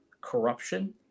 corruption